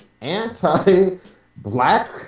anti-black